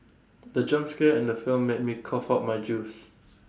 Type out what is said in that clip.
the jump scare in the film made me cough out my juice